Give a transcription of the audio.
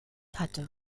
hatte